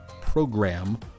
program